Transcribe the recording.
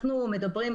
אנחנו מדברים,